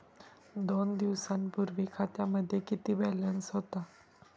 दोन दिवसांपूर्वी खात्यामध्ये किती बॅलन्स होता?